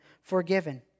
forgiven